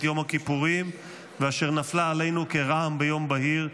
יום הכיפורים ואשר נפלה עלינו כרעם ביום בהיר,